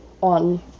on